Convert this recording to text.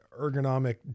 ergonomic